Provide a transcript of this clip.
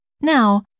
Now